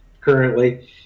currently